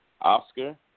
Oscar